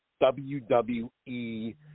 WWE